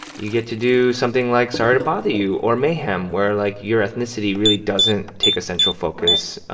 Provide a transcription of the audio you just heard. you get to do something like sorry to bother you or mayhem, where, like, your ethnicity really doesn't take a central focus.